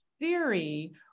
theory